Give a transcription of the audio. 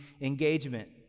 engagement